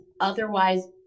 otherwise